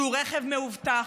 שהוא רכב מאובטח,